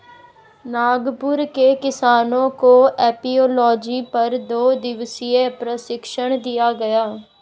नागपुर के किसानों को एपियोलॉजी पर दो दिवसीय प्रशिक्षण दिया गया